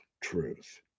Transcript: truth